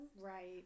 Right